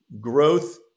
growth